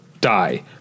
die